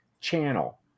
channel